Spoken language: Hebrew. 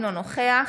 אינו נוכח